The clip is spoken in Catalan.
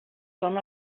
són